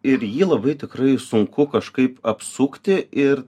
ir jį labai tikrai sunku kažkaip apsukti ir